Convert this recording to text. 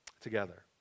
together